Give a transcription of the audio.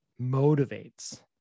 motivates